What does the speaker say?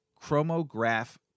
chromograph